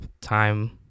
time